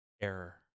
error